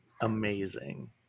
amazing